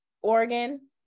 Oregon